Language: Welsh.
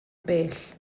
bell